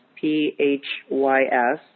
P-H-Y-S